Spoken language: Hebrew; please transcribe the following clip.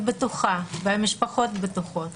הרבה פעמים אני בטוחה והמשפחות בטוחות